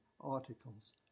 articles